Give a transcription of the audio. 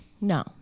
No